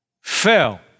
fell